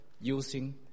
using